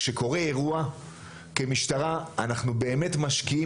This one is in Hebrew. כשקורה אירוע כמשטרה אנחנו באמת משקיעים